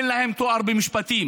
לסנן אנשים שאין להם תואר במשפטים.